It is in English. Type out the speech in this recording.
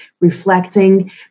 reflecting